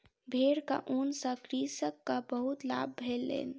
भेड़क ऊन सॅ कृषक के बहुत लाभ भेलै